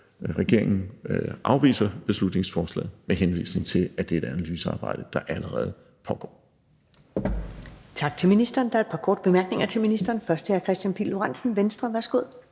Regeringen afviser beslutningsforslaget, med henvisning til at det er et analysearbejde, der allerede pågår.